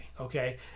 okay